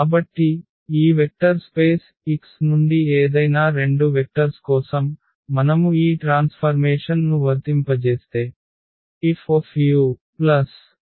కాబట్టి ఈ vector space X నుండి ఏదైనా రెండు వెక్టర్స్ కోసం మనము ఈ ట్రాన్స్ఫర్మేషన్ ను వర్తింపజేస్తే FuvFuF